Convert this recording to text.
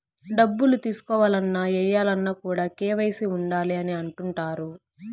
డబ్బులు తీసుకోవాలన్న, ఏయాలన్న కూడా కేవైసీ ఉండాలి అని అంటుంటారు